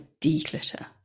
declutter